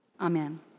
amen